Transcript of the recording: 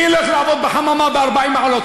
מי ילך לעבוד בחממה ב-40 מעלות?